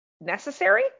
necessary